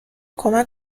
کمک